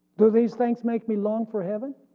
do these things make me long for heaven?